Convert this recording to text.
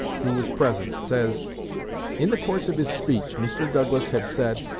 who was present, says in the course of his speech, mr. douglas had said,